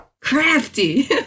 Crafty